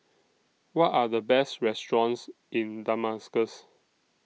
What Are The Best restaurants in Damascus